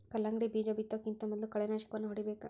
ಕಲ್ಲಂಗಡಿ ಬೇಜಾ ಬಿತ್ತುಕಿಂತ ಮೊದಲು ಕಳೆನಾಶಕವನ್ನಾ ಹೊಡಿಬೇಕ